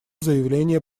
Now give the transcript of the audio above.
заявление